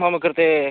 मम कृते